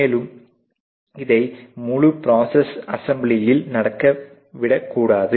மேலும் இதை முழு ப்ரோஸ்ஸ்ஸ் அஸெம்பிள்யில் நடக்க விட கூடாது